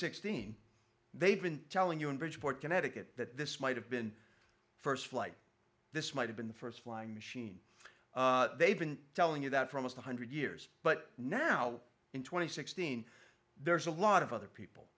sixteen they've been telling you in bridgeport connecticut that this might have been the first flight this might have been the first flying machine they've been telling you that for most one hundred years but now in two thousand and sixteen there's a lot of other people